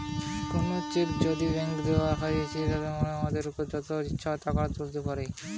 কোনো চেক যদি ব্ল্যাংক দেওয়া হৈছে তার মানে আমানতকারী যত ইচ্ছে টাকা তুলতে পাইরে